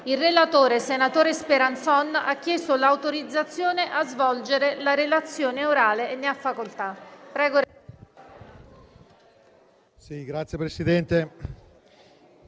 Il relatore, senatore Speranzon, ha chiesto l'autorizzazione a svolgere la relazione orale. Non facendosi